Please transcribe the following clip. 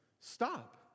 stop